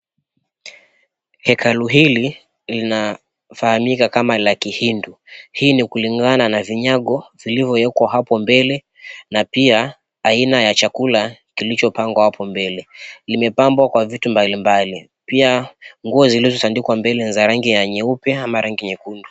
Hekalu hili linafahamika kama la kihindu. Hii ni kulingana na vinyago vilivowekwa hapo mbele. Na pia aina ya chakula ,kilichopangwa hapo mbele. Limepambwa kwa vitu mbalimbali .Pia nguo zilizotandikwa mbele za rangi ya nyeupe ama rangi nyekundu.